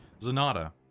Zanata